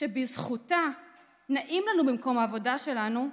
שבזכותה נעים לנו במקום העבודה שלנו,